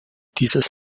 dieses